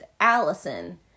allison